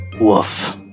woof